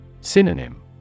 Synonym